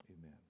Amen